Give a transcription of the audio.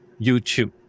YouTube